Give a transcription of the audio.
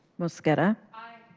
mosqueda. aye.